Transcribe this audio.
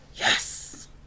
yes